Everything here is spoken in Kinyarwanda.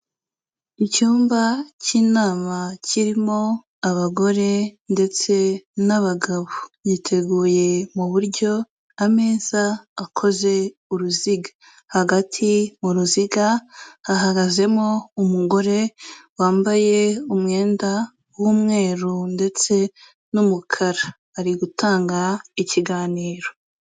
Icyumba cy'inama kirimo abagore ndetse n'abagabo. Giteguye mu buryo ameza akoze uruziga, hagati mu ruziga hahagazemo umugore wambaye umwenda w'umweru ndetse n'umukara, ari gutanga ikiganiro.